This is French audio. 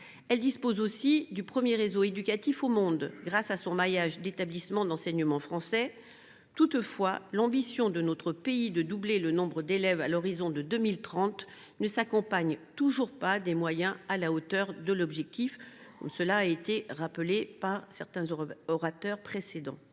Elle dispose aussi du premier réseau éducatif au monde, grâce à son maillage d’établissements d’enseignement du français. Toutefois, l’ambition de notre pays de doubler le nombre d’élèves à l’horizon de 2030 ne s’accompagne toujours pas des moyens à la hauteur de l’objectif, comme l’ont rappelé certains orateurs précédents.